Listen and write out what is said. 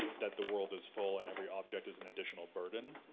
that the world is full, and every object is an additional burden.